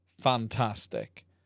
fantastic